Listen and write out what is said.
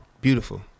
beautiful